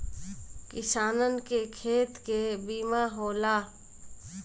किसानन के खेत के बीमा होला